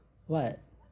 what